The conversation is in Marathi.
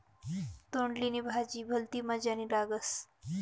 तोंडली नी भाजी भलती मजानी लागस